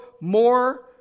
more